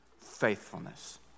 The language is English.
faithfulness